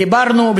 דיברנו,